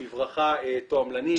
בברכה, תועמלנית.